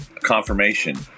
confirmation